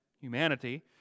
humanity